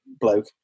bloke